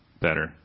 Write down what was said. better